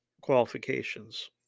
qualifications